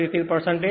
033 છે